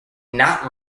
not